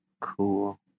Cool